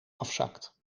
afzakt